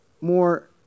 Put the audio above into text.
more